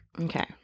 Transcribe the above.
Okay